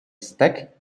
stack